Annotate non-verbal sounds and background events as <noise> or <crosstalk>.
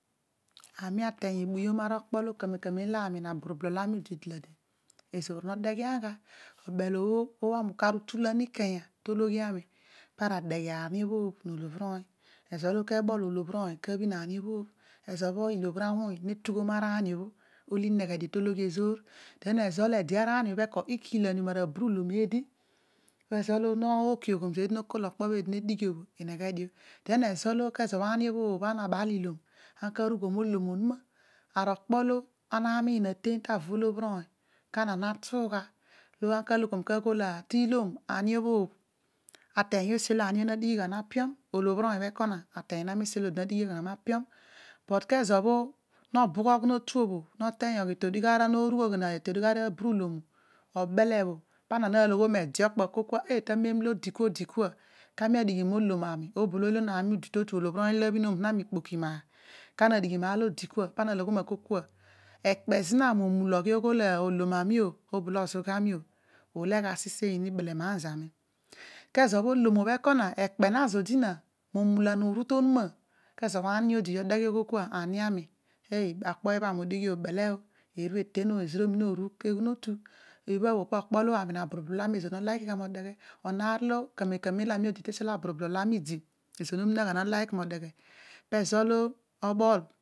Aami ateeny ebuyom ara okpo lo, amen aami na buru bhol ami idi ezoor no deghian gha, obel bho aami ukar utulan ikanya to ologhi ami para degho ani obhobh, no olobhir oony, ezo ke bol olobhir oony kabhia ani- obhobh ezo bho ilobhir awuny ne tughom araani obho olo ineghe dio tologhi ezoor den ezo ede araani bho eko ikiilan io bla buu ulom eedi, mezo no kiom yogh zeedi no kol okpo eedi nedighi bho inedio, den ezo kezo bho ana ani obhobh kana abal ilom ana karughom olom onuma ara okpo oh ana namiin aten davo olobhir oony kedio ana na tugha molo ana ka loghom kaghol ti ilom <unintelligible> omula oghi oghol olom ma oh, osuga aami ulegha soseny oh sesenyina belemaan zami kezo bho olom bho ekona ekpe ne zodi na mo mula na oru to onuma kezo, bho ani odi odeghe oghol kua, ani okpo ibha bho aami udighi ku beleman zami, modeghe pezo olo obol.